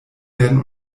werden